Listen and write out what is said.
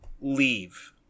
leave